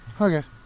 Okay